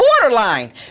borderline